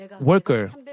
worker